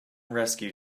rescue